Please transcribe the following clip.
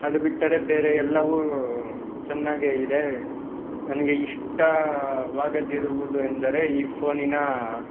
ಅದು ಬಿಟ್ಟರೆ ಬೇರೆ ಎಲ್ಲವೂ ಚೆನ್ನಾಗೆ ಇದೆ ನನಗೆ ಇಷ್ಟವಾಗದಿರುವುದು ಎಂದರೆ ಈ ಫೋನಿನ